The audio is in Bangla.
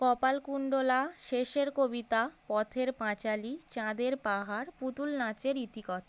কপালকুণ্ডলা শেষের কবিতা পথের পাঁচালী চাঁদের পাহাড় পুতুল নাচের ইতিকথা